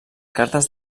cartes